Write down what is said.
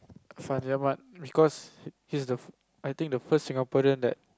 Fandi-Ahmad because he's the f~ I think the first Singaporean that